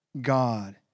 God